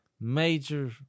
major